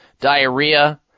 diarrhea